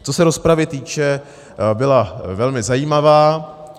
Co se rozpravy týče, byla velmi zajímavá.